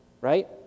right